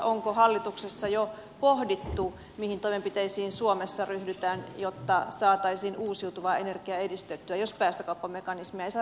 onko hallituksessa jo pohdittu mihin toimenpiteisiin suomessa ryhdytään jotta saataisiin uusiutuvaa energiaa edistettyä jos päästökauppamekanismeja ei saada toimimaan